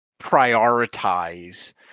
prioritize